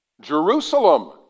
Jerusalem